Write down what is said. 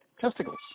testicles